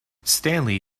stanley